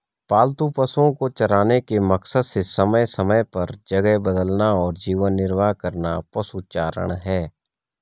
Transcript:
पालतू पशुओ को चराने के मकसद से समय समय पर जगह बदलना और जीवन निर्वाह करना पशुचारण है